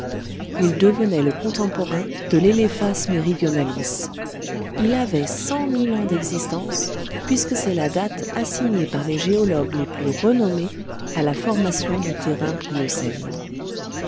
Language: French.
il devenait le contemporain de l'elephas meridionalis il avait cent mille ans d'existence puisque c'est la date assignée par les géologues les plus renommés à la formation du terrain